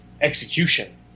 execution